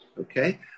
Okay